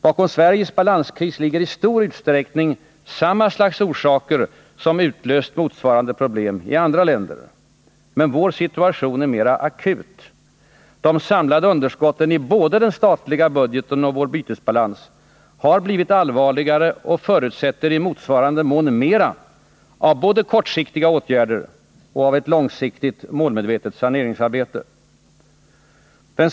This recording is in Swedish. Bakom Sveriges balanskris ligger i stor utsträckning samma orsaker som utlöst motsvarande problem i andra länder. Men vår situation är mera akut. De samlade underskotten i både den statliga budgeten och vår bytesbalans har blivit allvarligare och förutsätter i motsvarande mån mer både av kortsiktiga åtgärder och av ett långsiktigt målmedvetet saneringsarbete.